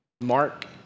Mark